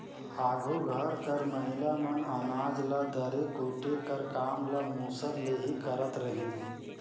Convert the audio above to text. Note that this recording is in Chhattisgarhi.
आघु घर कर महिला मन अनाज ल दरे कूटे कर काम ल मूसर ले ही करत रहिन